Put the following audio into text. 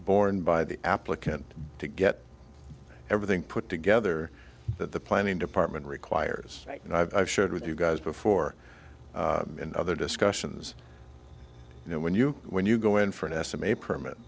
borne by the applicant to get everything put together that the planning department requires and i've shared with you guys before in other discussions you know when you when you go in for an estimate permit